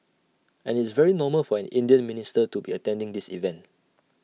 and IT is very normal for an Indian minister to be attending this event